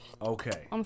Okay